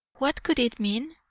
what could it mean?